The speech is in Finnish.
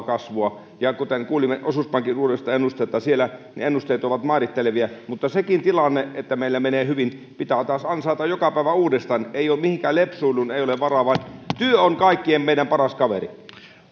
kasvua ja kuten kuulimme osuuspankin uudesta ennusteesta ne ennusteet ovat mairittelevia mutta sekin tilanne että meillä menee hyvin pitää taas ansaita joka päivä uudestaan ei ole mihinkään lepsuiluun varaa vaan työ on kaikkien meidän paras kaveri